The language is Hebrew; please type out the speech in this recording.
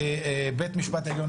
ובית משפט עליון,